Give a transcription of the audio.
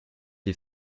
est